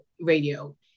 radio